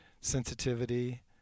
sensitivity